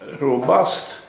robust